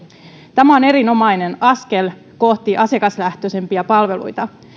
tämä on erinomainen askel kohti asiakaslähtöisempiä palveluita